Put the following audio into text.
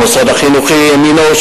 המוסד החינוכי "ימין אורד",